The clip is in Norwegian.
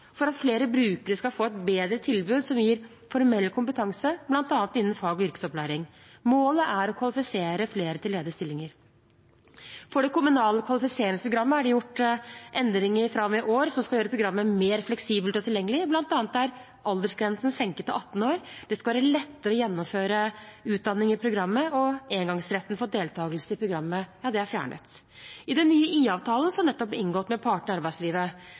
for at flere brukere skal få et bedre tilbud som gir formell kompetanse, bl.a. innen fag- og yrkesopplæring. Målet er å kvalifisere flere til ledige stillinger. For det kommunale kvalifiseringsprogrammet er det gjort endringer fra og med i år som skal gjøre programmet mer fleksibelt og tilgjengelig. Blant annet er aldersgrensen senket til 18 år, det skal være lettere å gjennomføre utdanning i programmet, og engangsretten for deltakelse i programmet er fjernet. I den nye IA-avtalen som nettopp ble inngått med partene i arbeidslivet,